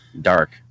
dark